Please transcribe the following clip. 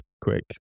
quick